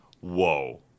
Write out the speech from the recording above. Whoa